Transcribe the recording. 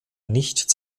nicht